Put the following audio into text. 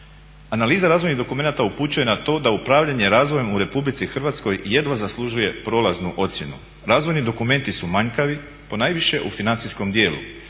Analiza razvojnih dokumenata upućuje na to da upravljanje razvojem u Republici Hrvatskoj jedva zaslužuje prolaznu ocjenu. Razvojni dokumenti su manjkavi ponajviše u financijskom dijelu